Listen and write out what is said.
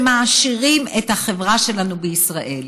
שמעשירים את החברה שלנו בישראל.